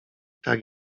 tak